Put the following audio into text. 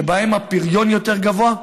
שבהן הפריון יותר גבוה.